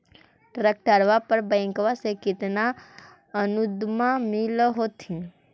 ट्रैक्टरबा पर बैंकबा से कितना अनुदन्मा मिल होत्थिन?